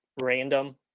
random